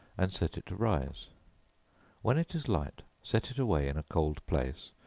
and set it to rise when it is light, set it away in a cold place,